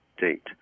date